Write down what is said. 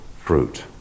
fruit